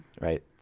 Right